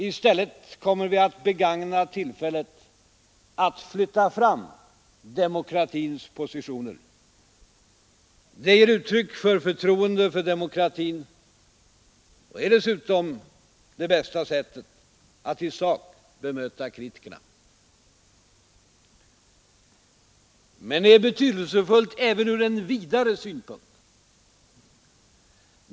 I stället kommer vi att begagna tillfället att flytta fram demokratins positioner. Det ger uttryck för förtroende för demokratin och är dessutom det bästa sättet att i sak bemöta kritikerna. Men det är betydelsefullt även från en vidare synpunkt.